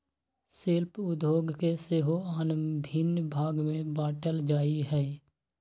शिल्प उद्योग के सेहो आन भिन्न भाग में बाट्ल जाइ छइ